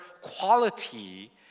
quality